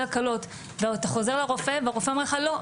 הקלות ואתה חוזר לרופא והרופא אומר לך 'לא,